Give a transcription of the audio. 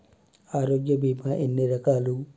ఆరోగ్య బీమా ఎన్ని రకాలు?